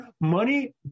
money